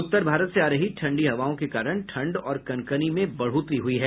उत्तर भारत से आ रही ठंडी हवाओं के कारण ठंड और कनकनी में बढ़ोतरी हुई है